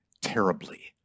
terribly